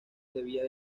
debía